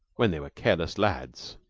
when they were careless lads.